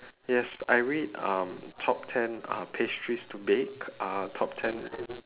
yes I read um top ten uh pastries to bake uh top ten